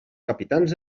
capitans